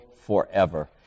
forever